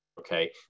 Okay